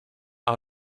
out